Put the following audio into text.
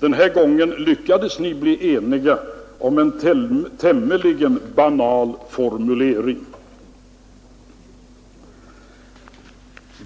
Den här gången lyckades ni bli eniga om en tämligen banal formulering.